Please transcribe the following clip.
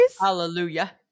Hallelujah